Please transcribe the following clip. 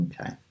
Okay